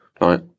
right